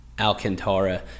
Alcantara